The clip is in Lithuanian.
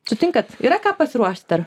sutinkat yra ką pasiruošt dar